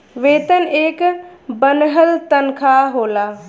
वेतन एक बन्हल तन्खा होला